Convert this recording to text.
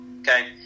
okay